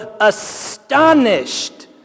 astonished